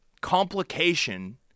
complication